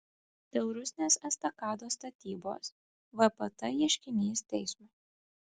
dėl rusnės estakados statybos vpt ieškinys teismui